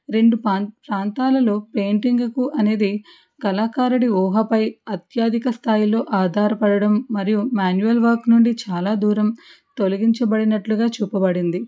రెండు ప్రాంతాలలో పెయింటింగ్కు అనేది కళాకారుడి ఊహపై అత్యధిక స్థాయిలో ఆధారపడడం మరియు మాన్యువల్ వర్క్ నుండి చాలా దూరం తొలగించబడినట్లుగా చూపబడింది